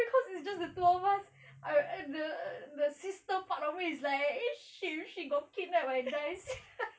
so cause it's just the two of us I the sister part of me is like eh shit she got kidnapped I die sia